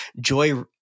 joy